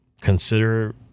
consider